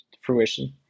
fruition